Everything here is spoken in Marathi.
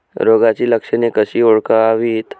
रोगाची लक्षणे कशी ओळखावीत?